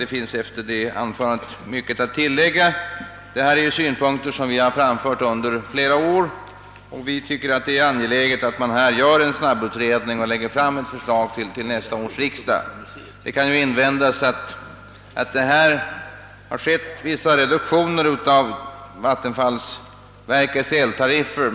Det finns efter detta anförande inte mycket att tillägga, eftersom vi har framfört samma synpunkter under flera år. Vi finner det angeläget att man gör en snabbutredning och lägger fram ett förslag till nästa års riksdag. Det kan invändas att vissa reduktioner av vattenfallsverkets eltariffer har gjorts.